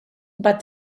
but